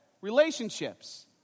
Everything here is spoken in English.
Relationships